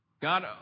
God